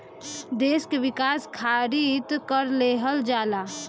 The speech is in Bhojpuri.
देस के विकास खारित कर लेहल जाला